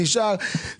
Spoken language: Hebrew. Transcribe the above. נשאר.